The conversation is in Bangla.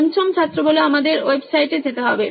পঞ্চম ছাত্র আমাদের ওয়েবসাইটে যেতে হবে